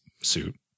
suit